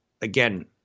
Again